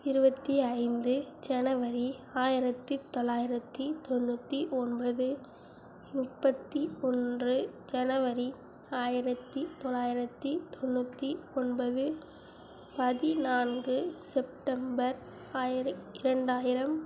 இருபத்தி ஐந்து ஜனவரி ஆயிரத்து தொள்ளாயிரத்தி தொண்ணூற்றி ஒன்பது முப்பத்து ஒன்று ஜனவரி ஆயிரத்து தொள்ளாயிரத்தி தொண்ணூற்றி ஒன்பது பதினான்கு செப்டம்பர் ஆயிர இரண்டாயிரம்